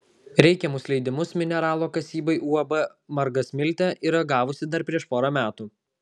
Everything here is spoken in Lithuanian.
reikiamus leidimus mineralo kasybai uab margasmiltė yra gavusi dar prieš porą metų